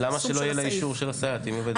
למה שלא יהיה לה אישור לגבי הסייעת אם היא עובדת בגן?